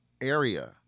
area